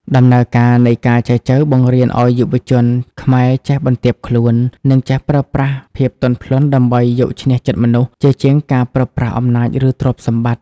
ដំណើរការនៃការចែចូវបង្រៀនឱ្យយុវជនខ្មែរចេះបន្ទាបខ្លួន និងចេះប្រើប្រាស់ភាពទន់ភ្លន់ដើម្បីយកឈ្នះចិត្តមនុស្ស ជាជាងការប្រើប្រាស់អំណាច ឬទ្រព្យសម្បត្តិ។